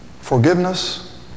Forgiveness